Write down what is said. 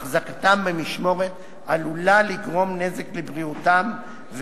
החזקתם במשמורת עלולה לגרום נזק לבריאותם,